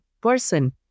person